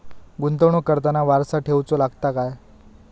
गुंतवणूक करताना वारसा ठेवचो लागता काय?